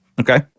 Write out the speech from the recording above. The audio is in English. okay